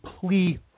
plea